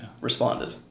responded